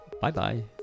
Bye-bye